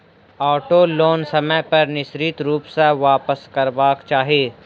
auto loan समय पर निश्चित रूप सॅ वापसकरबाक चाही